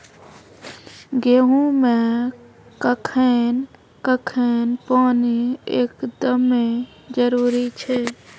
गेहूँ मे कखेन कखेन पानी एकदमें जरुरी छैय?